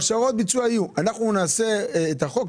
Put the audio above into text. אבל שיהיו הוראות ביצוע תוך חודש.